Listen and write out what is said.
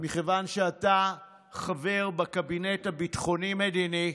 מכיוון שאתה חבר בקבינט הביטחוני-מדיני,